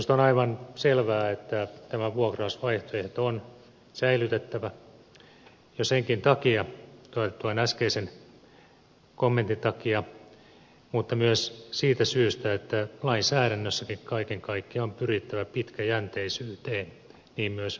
minusta on aivan selvää että tämä vuokrausvaihtoehto on säilytettävä jo tuon äskeisen kommentin takia mutta myös siitä syystä että lainsäädännössäkin kaiken kaikkiaan on pyrittävä pitkäjänteisyyteen niin myös maataloudessa